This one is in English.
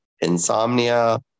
insomnia